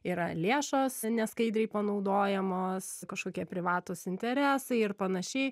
yra lėšos neskaidriai panaudojamos kažkokie privatūs interesai ir panašiai